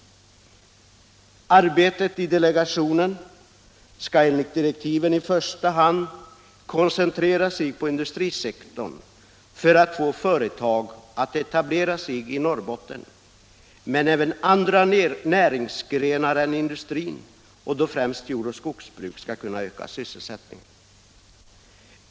Arbetet i delegationen skall enligt direktiven i första hand koncentrera sig på industrisektorn för att få företag att etablera sig i Norrbotten. Man skall dock även försöka få andra näringsgrenar än industrin, främst jord och skogsbruk, att öka sysselsättningen.